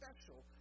special